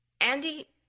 Andy